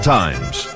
times